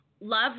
love